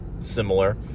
similar